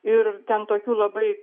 ir ten tokių labai